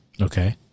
Okay